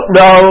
no